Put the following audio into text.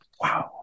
wow